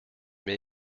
mai